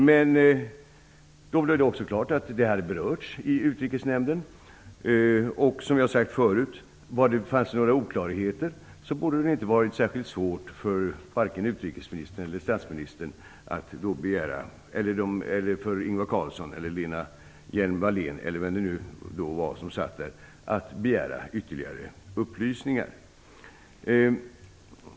Det blev då också klart att ärendet hade berörts i Utrikesnämnden, och fanns det några oklarheter borde det, som jag har sagt förut, inte ha varit särskilt svårt för vare sig Ingvar Carlsson eller Lena Hjelm-Wallén eller vem det nu var som var berörd, att begära ytterligare upplysningar.